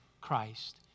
Christ